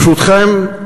ברשותכם,